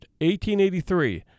1883